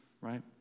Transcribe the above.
right